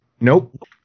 Nope